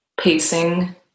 pacing